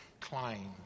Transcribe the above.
claim